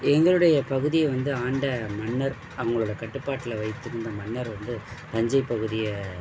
எங்களுடையப் பகுதியை வந்து ஆண்ட மன்னர் அவங்களோட கட்டுப்பாட்டில வைத்திருந்த மன்னர் வந்து தஞ்சைப் பகுதியை